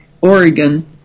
Oregon